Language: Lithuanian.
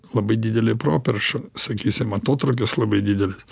labai didelė properša sakysim atotrūkis labai didelis